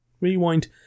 rewind